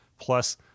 plus